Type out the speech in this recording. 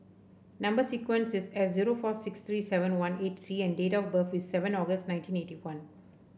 number sequence is S zero six four three seven eighteen C and date of birth is seven August nineteen eighty one